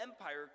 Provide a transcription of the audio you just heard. Empire